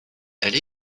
elle